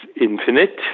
infinite